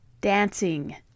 Dancing